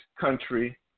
country